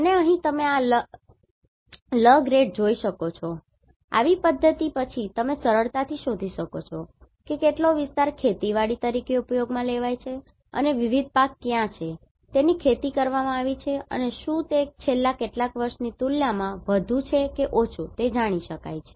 અને અહીં તમે આ લrગ્રેંડ જોઈ શકો છો આવી પદ્ધતિ પછી તમે સરળતાથી શોધી શકો છો કેટલો વિસ્તાર ખેતીવાડી તરીકે ઉપયોગમાં લેવામાં આવ્યો છે અને વિવિધ પાક કયા છે તેની ખેતી કરવામાં આવી છે અને શું તે છેલ્લા કેટલાક વર્ષોની તુલનામાં વધુ કે ઓછું છે તે જાણી શકાય છે